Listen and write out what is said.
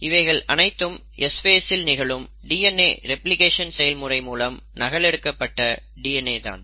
இவைகள் அனைத்தும் S phase இல் நிகழும் டிஎன்ஏ ரெப்ளிகேஷன் செயல்முறை மூலம் நகல் எடுக்கப்பட்ட டிஎன்ஏ தான்